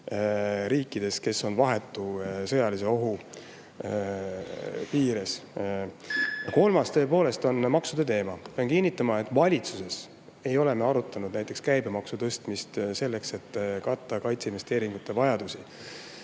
riikides, kes on vahetu sõjalise ohu piires. Kolmas, tõepoolest, on maksude teema. Pean kinnitama, et valitsuses me ei ole arutanud näiteks käibemaksu tõstmist selleks, et katta kaitseinvesteeringute vajadusi,